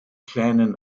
kleinen